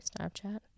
snapchat